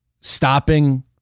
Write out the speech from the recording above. stopping